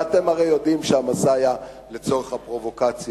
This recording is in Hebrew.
ואתם הרי יודעים שהמסע היה לצורך הפרובוקציה,